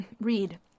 read